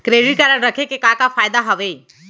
Credit card रखे के का का फायदा हवे?